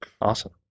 Awesome